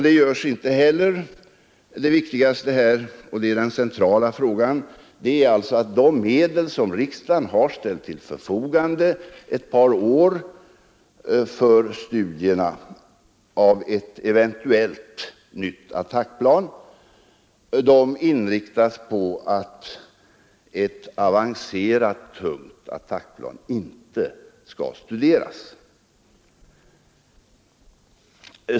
Detta görs inte heller. Det viktigaste här — och det är den centrala frågan — är alltså att de medel som riksdagen ett par år har ställt till förfogande för studier av ett eventuellt nytt attackplan inriktats på att ett avancerat tungt attackplan inte skall studeras.